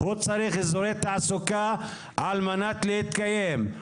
הוא צריך אזורי תעסוקה על מנת להתקיים,